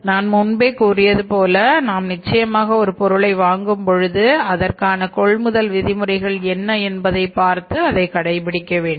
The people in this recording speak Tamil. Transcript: நான் முன்பே கூறியது போல நாம் நிச்சயமாக ஒரு பொருளை வாங்கும் பொழுது அதற்கான கொள்முதல் விதிமுறைகள் என்ன என்பதை பார்த்து அதை கடைபிடிக்க வேண்டும்